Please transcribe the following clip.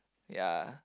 ya